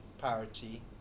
parity